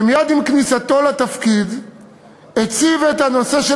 שמייד עם כניסתו לתפקיד הציב את הנושא של